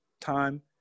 time